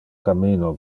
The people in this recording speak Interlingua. cammino